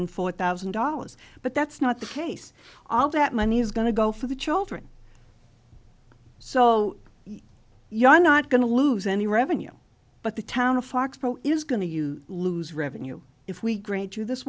hundred four thousand dollars but that's not the case all that money is going to go for the children so you are not going to lose any revenue but the town of foxborough is going to you lose revenue if we grant you this